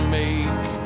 make